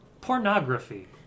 pornography